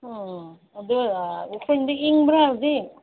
ꯎꯝ ꯑꯗꯨ ꯎꯈ꯭ꯔꯨꯜꯗꯤ ꯏꯪꯕꯔꯥ ꯍꯧꯖꯤꯛ